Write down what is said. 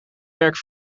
werk